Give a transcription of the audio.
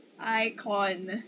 icon